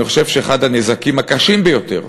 אני חושב שאחד הנזקים הקשים ביותר